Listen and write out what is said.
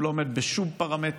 הוא לא עומד בשום פרמטר